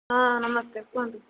ହଁ ନମସ୍କାର କୁହନ୍ତୁ